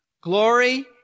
glory